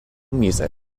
music